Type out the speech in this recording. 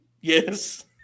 Yes